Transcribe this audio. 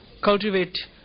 cultivate